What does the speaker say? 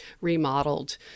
remodeled